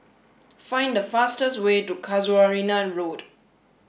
find the fastest way to Casuarina Road